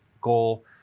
goal